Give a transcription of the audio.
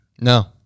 No